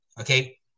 Okay